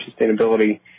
sustainability